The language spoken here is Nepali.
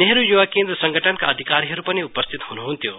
नेहरु युवा केन्द्र संगठनका अधिकारीहरु पनि उपस्थित हुनुहुन्थ्यो